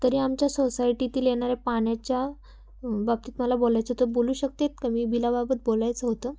तरी आमच्या सोसायटीतील येणाऱ्या पाण्याच्या बाबतीत मला बोलायचं होतं बोलू शकते का मी बिलाबाबत बोलायचं होतं